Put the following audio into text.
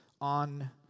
on